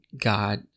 God